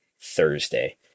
Thursday